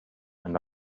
and